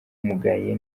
abamugaye